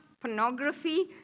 pornography